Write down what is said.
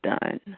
done